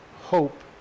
hope